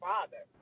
Father